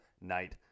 night